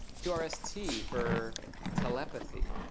q, r, s. t for telepathy.